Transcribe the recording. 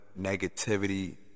negativity